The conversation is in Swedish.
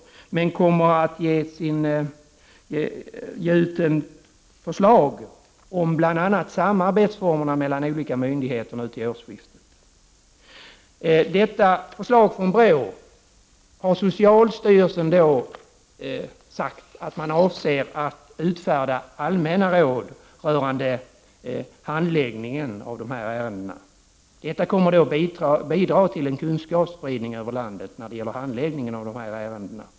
Nu till årsskiftet kommer man att framlägga förslag om bl.a. formerna för samarbete mellan olika myndigheter. Socialstyrelsen har sagt sig skola utfärda allmäna råd rörande handläggningen av dessa ärenden grundat på detta förslag från BRÅ. Detta kommer då att bidra till en kunskapsspridning över landet när det gäller handläggningen av de här ärendena.